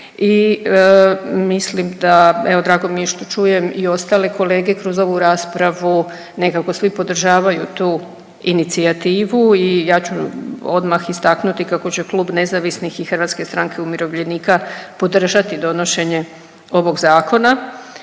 i mislim da, evo drago mi je što čujem i ostale kolege kroz ovu raspravu nekako svi podržavaju tu inicijativu i ja ću odmah istaknuti kako će Klub nezavisnih i Hrvatske stranke umirovljenika podržati donošenje ovog zakona.